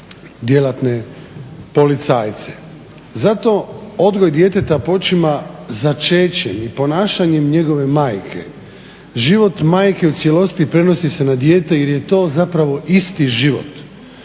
djelatne policajce. Zato, odgoj djeteta počinje začećem i ponašanjem njegove majke. Život majke u cijelosti se prenosi na dijete jer je to zapravo isti život.